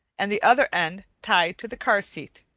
and the other end tied to the car seat.